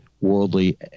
worldly